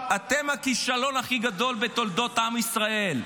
אתם הכישלון הכי גדול בתולדות עם ישראל.